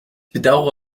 bedaure